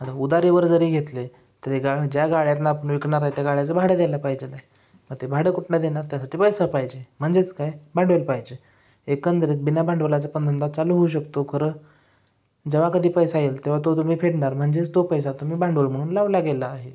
आता उधारीवर जरी घेतले तरी गा ज्या गाळ्यांना आपण विकणार आहे त्या गाळ्याचं भाडं द्यायला पाहिजेलाय मग ते भाडं कुठून देणार त्यासाठी पैसा पाहिजे म्हणजेच काय भांडवल पाहिजे एकंदरीत बिना भांडवलाचा पण धंदा चालू होऊ शकतो खरं जेव्हा कधी पैसा येईल तेव्हा तो तुम्ही फेडणार म्हणजेच तो पैसा तुम्ही भांडवल म्हणून लावला गेला आहे